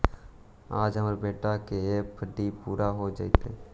आज हमार बेटा के एफ.डी पूरा हो जयतई